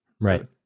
Right